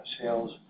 sales